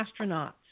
astronauts